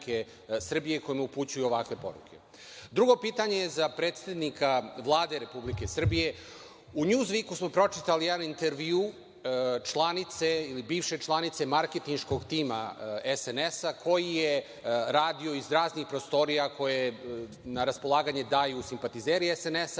kad im upućuju ovakve poruke. Drugo pitanje za predsednika Vlade Republike Srbije, u „NJuzviku“ smo pročitali jedan intervju članice ili bivše članice marketinškog tima SNS koji je radio iz raznih prostorija koje na raspolaganje daju simpatizeri SNS